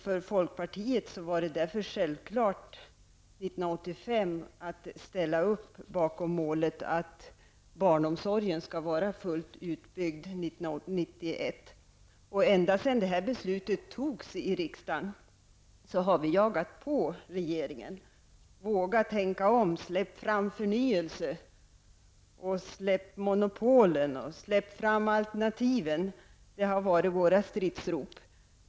För folkpartiet var det därför självklart 1985 att ställa upp bakom målet att barnomsorgen skall vara fullt utbyggd 1991. Ända sedan detta beslut fattades här i riksdagen har vi jagat på regeringen. Våga tänka om! Släpp fram förnyelse! Släpp monopolen! Släpp fram alternativen! Det har varit våra stridsrop.